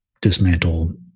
dismantle